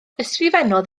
ysgrifennodd